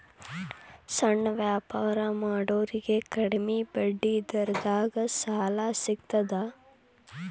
ಸಣ್ಣ ವ್ಯಾಪಾರ ಮಾಡೋರಿಗೆ ಕಡಿಮಿ ಬಡ್ಡಿ ದರದಾಗ್ ಸಾಲಾ ಸಿಗ್ತದಾ?